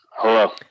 Hello